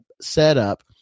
setup